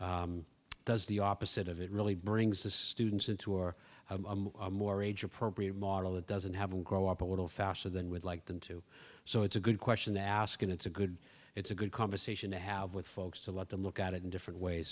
that does the opposite of it really brings the students into or more age appropriate model that doesn't have them grow up a little faster than would like them to so it's a good question to ask and it's a good it's a good conversation to have with folks a lot to look at it in different ways